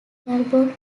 talbot